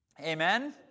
Amen